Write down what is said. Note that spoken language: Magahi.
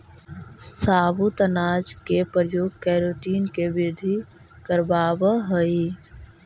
साबुत अनाज के प्रयोग केराटिन के वृद्धि करवावऽ हई